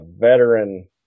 veteran